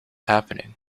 happening